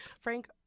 Frank